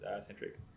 centric